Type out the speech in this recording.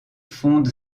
fonde